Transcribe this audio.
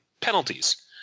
penalties